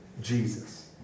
Jesus